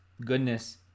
goodness